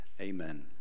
Amen